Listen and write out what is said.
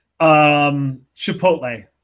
Chipotle